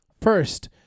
First